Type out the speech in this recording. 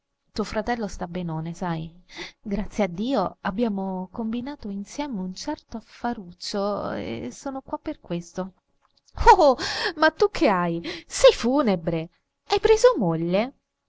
tuo fratello sta benone sai grazie a dio abbiamo combinato insieme un certo affaruccio e sono qua per questo oh ma tu che hai sei funebre hai preso moglie